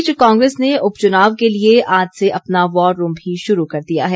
इस बीच कांग्रेस ने उपचुनाव के लिए आज से अपना वॉर रूम भी शुरू कर दिया है